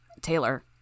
Taylor